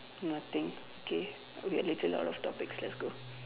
nothing okay we literally out of topics let's go